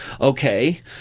Okay